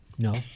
No